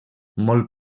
molt